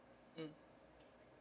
mm